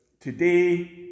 Today